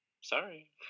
Sorry